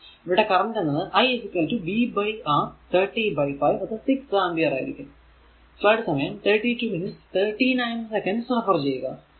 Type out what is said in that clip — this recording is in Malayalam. ഇവിടെ കറന്റ് എന്നത് i vR 30 ബൈ 5 6 ആമ്പിയർ ആയിരിക്കും